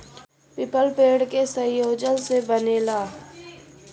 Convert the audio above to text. paper पेड़ के cellulose से बनेला